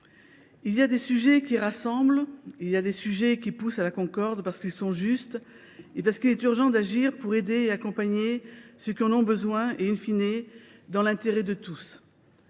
il est des sujets qui rassemblent, qui poussent à la concorde, parce qu’ils sont justes et parce qu’il est urgent d’agir pour aider et accompagner ceux qui en ont besoin, dans l’intérêt de tous.